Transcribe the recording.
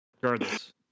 Regardless